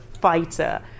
fighter